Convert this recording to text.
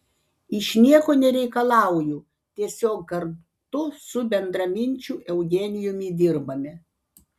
iš nieko nereikalauju tiesiog kartu su bendraminčiu eugenijumi dirbame